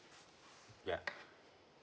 yeah